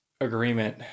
agreement